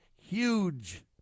huge